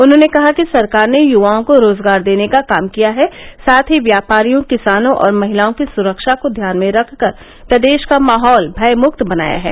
उन्होंने कहा कि सरकार ने युवाओं को रोजगार देने का काम किया है साथ ही व्यापारियों किसानों और महिलाओं की सुरक्षा को ध्यान में रखकर प्रदेश का माहौल भय मुक्त बनाया है